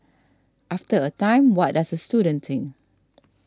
after a time what does the student think